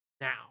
now